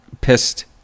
pissed